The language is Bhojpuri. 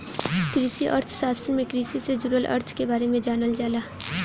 कृषि अर्थशास्त्र में कृषि से जुड़ल अर्थ के बारे में जानल जाला